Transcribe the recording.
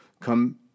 come